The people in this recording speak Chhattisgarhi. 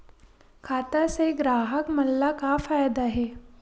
खाता से ग्राहक मन ला का फ़ायदा हे?